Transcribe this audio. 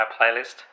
playlist